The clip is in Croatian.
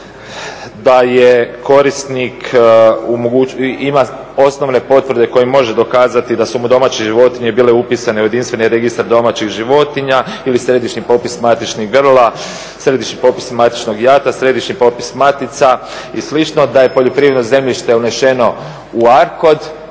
da je korisnik ima osnovne potvrde kojim može dokazati da su mu domaće životinje bile upisane u jedinstveni registar domaćih životinja ili središnji popis matičnih grla, središnji popis matičnog jata, središnji popis matica i slično, da je poljoprivredno zemljište unešeno u ARKOD